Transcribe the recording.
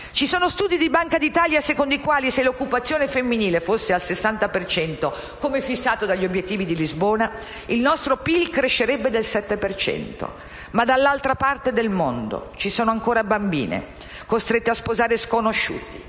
Ci sono studi di Banca d'Italia secondo i quali se l'occupazione femminile fosse al 60 per cento, come fissato dagli obiettivi di Lisbona, il nostro PIL crescerebbe del 7 per cento. Ma dall'altra parte del mondo ci sono ancora bambine costrette a sposare sconosciuti